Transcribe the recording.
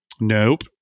nope